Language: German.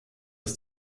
aus